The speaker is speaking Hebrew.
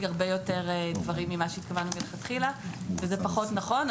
הרבה יותר דברים ממה שהתכוונו מלכתחילה וזה פחות נכון.